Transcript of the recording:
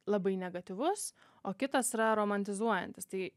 labai negatyvus o kitas yra romantizuojantis tai